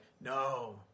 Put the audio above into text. no